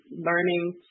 learning